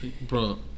bro